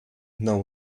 know